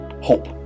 hope